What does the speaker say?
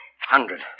Hundred